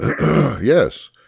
Yes